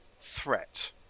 threat